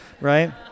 right